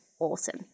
awesome